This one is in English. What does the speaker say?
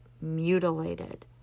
mutilated